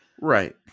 right